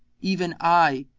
even i,